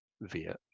via